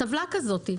טבלה כזאת.